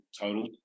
total